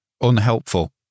Unhelpful